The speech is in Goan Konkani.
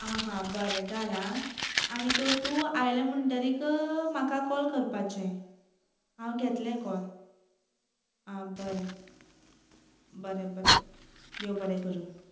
आं हा बरें घाल आं आनीक तूं आयले म्हणटरीक म्हाका कॉल करपाचे हांव घेतले कॉल हा बरें बरें बरें देव बरें करूं